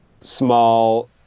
small